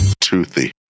Toothy